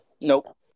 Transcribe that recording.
Nope